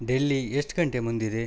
ಡೆಲ್ಲಿ ಎಷ್ಟು ಗಂಟೆ ಮುಂದಿದೆ